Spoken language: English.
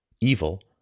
evil